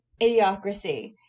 Idiocracy